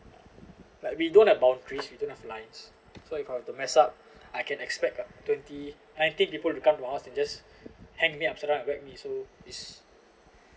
like we don't have boundaries we don't have lines so if I were to mess up I can expect a twenty nineteen people will come to us and just hang me upside down and wait me so it's